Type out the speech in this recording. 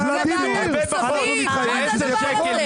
זו ועדת כספים, מה זה הדבר הזה?